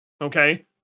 Okay